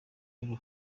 rero